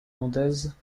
landaise